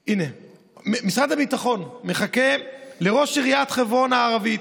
משרד הביטחון מחכה לראש עיריית חברון הערבית,